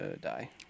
die